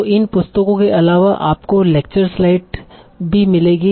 तो इन पुस्तकों के अलावा आपको लेक्चर की स्लाइड्स भी मिलेंगी